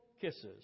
kisses